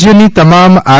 રાજ્યની તમામ આર